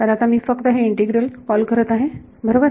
तर आता मी फक्त हे इंटीग्रल कॉल करत आहे बरोबर